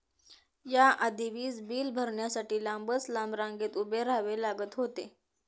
या आधी वीज बिल भरण्यासाठी लांबच लांब रांगेत उभे राहावे लागत होते